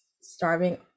Starving